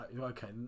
okay